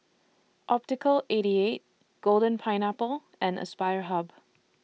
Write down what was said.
Optical eighty eight Golden Pineapple and Aspire Hub